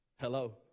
Hello